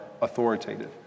authoritative